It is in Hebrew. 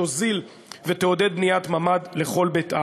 תוזיל ותעודד בניית ממ"ד לכל בית אב.